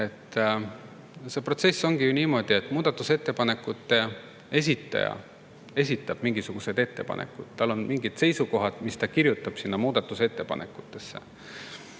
See protsess ongi ju niimoodi, et muudatusettepanekute esitaja esitab mingisugused ettepanekud, tal on mingid seisukohad, mis ta kirjutab muudatusettepanekutesse.